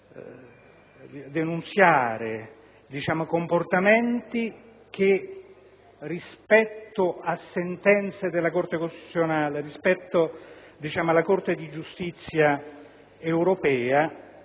denunziare comportamenti che, rispetto a sentenze della Corte costituzionale e della Corte di giustizia europea,